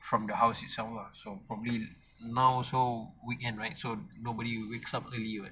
from the house itself lah so probably now also weekend right so nobody wakes up early [what]